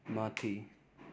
माथि